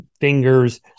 fingers